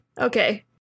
okay